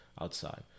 outside